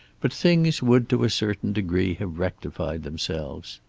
but things would to a certain degree have rectified themselves.